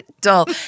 dull